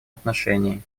отношении